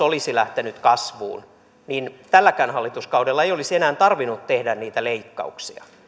olisi lähtenyt kasvuun niin tälläkään hallituskaudella ei olisi enää tarvinnut tehdä niitä leikkauksia